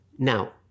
Now